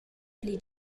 pli